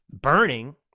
burning